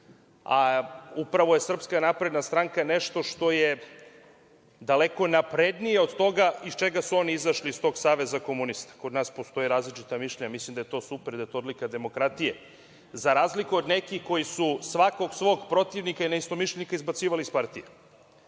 A upravo je SNS nešto što je daleko naprednije od toga iz čega su oni izašli, iz tog saveza komunista. Kod nas postoje različita mišljenja, mislim da je to super i da je to odlika demokratije, za razliku od nekih koji su svakog svog protivnika i neistomišljenika izbacivali iz partije